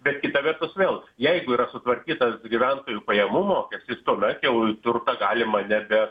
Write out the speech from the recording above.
bet kita vertus vėl jeigu yra sutvarkytas gyventojų pajamų mokestis tuomet jau turtą galima nebe